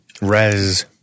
res